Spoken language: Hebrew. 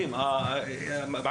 בנוסף,